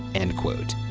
end quote.